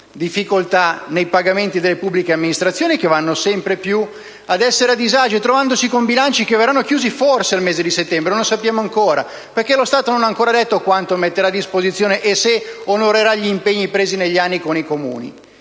ottenuto difficoltà nei pagamenti delle pubbliche amministrazioni, che sono sempre più a disagio trovandosi con bilanci che verranno chiusi forse nel mese di settembre (non lo sappiamo ancora perché lo Stato non ha ancora chiarito quanto metterà a disposizione e se onorerà gli impegni assunti negli anni con i Comuni);